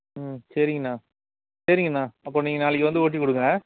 ம் சரிங்கண்ணா சரிங்கண்ணா அப்போ நீங்கள் நாளைக்கு வந்து ஓட்டி கொடுங்க